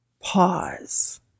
Pause